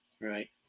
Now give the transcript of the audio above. Right